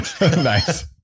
Nice